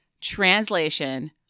translation